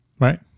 Right